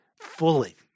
fully